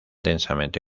densamente